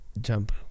jump